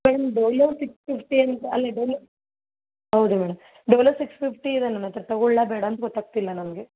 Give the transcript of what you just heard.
madam Dolo six fifty ಅಂತ ಅಲ್ಲಿ Dolo ಹೌದು ಮೇಡಮ್ ಡೋಲೋ ಸಿಕ್ಸ್ ಫಿಫ್ಟಿ ಇದೆ ನನ್ನತ್ತಿರ ತಗೋಳ್ಳಾ ಬೇಡ ಅಂತ ಗೊತ್ತಾಗ್ತಿಲ್ಲ ನನಗೆ